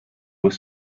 were